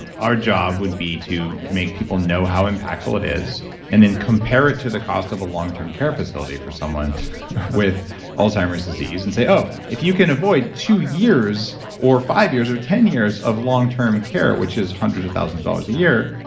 and our job would be to make people know how impactful it is and then compare it to the cost of a long-term care facility for someone with alzheimer's disease, and say, oh, if you can avoid two years or five years or ten years of long-term care, which is hundreds of thousands of dollars a year,